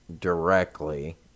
directly